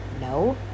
no